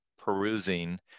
perusing